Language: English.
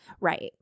Right